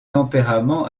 tempérament